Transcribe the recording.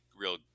real